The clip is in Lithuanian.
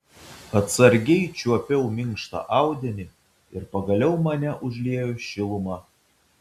atsargiai čiuopiau minkštą audinį ir pagaliau mane užliejo šiluma